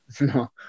No